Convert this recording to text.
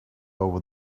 over